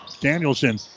Danielson